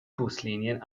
buslinien